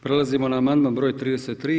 Prelazimo na amandman broj 33.